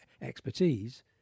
expertise